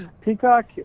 Peacock